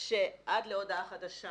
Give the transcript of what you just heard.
שעד להודעה חדשה